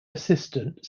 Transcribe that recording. assistant